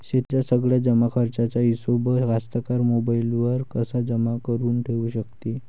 शेतीच्या सगळ्या जमाखर्चाचा हिशोब कास्तकार मोबाईलवर कसा जमा करुन ठेऊ शकते?